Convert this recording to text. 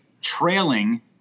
trailing